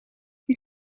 you